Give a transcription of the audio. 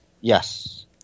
Yes